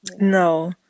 No